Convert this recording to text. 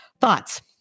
Thoughts